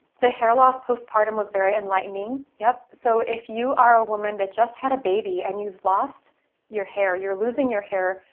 the hair loss post-partum was very enlightening. yep, so if you are a woman that just had a baby and you've lost your hair, you're losing your hair,